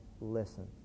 listen